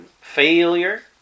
failure